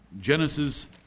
Genesis